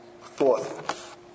Fourth